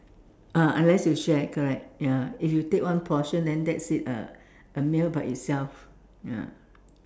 ah unless you share correct ya if you take one portion then that's it a a meal by itself ya